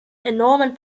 enormen